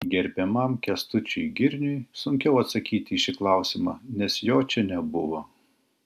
gerbiamam kęstučiui girniui sunkiau atsakyti į šį klausimą nes jo čia nebuvo